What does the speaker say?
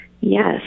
Yes